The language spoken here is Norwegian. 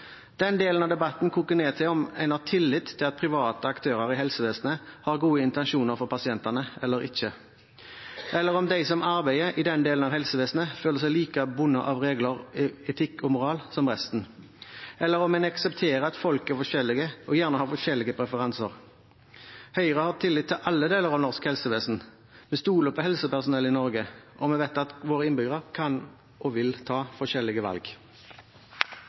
Den delen av debatten koker ned til om en har tillit til at private aktører i helsevesenet har gode intensjoner for pasientene eller ikke, eller om de som arbeider i den delen av helsevesenet, føler seg like bundet av regler, etikk og moral som resten, eller om en aksepterer at folk er forskjellige, og gjerne har forskjellige preferanser. Høyre har tillit til alle deler av norsk helsevesen. Vi stoler på helsepersonellet i Norge, og vi vet at våre innbyggere kan og vil ta forskjellige